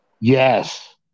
Yes